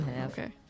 Okay